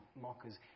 mockers